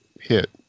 hit